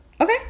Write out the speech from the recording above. Okay